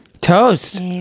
toast